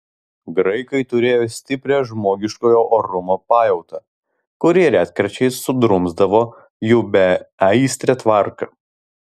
graikai turėjo stiprią žmogiškojo orumo pajautą kuri retkarčiais sudrumsdavo jų beaistrę tvarką